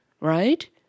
right